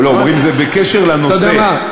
בוודאי,